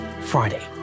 Friday